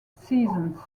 seasons